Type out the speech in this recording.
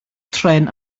trên